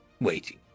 waiting